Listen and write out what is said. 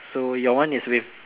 so your one is with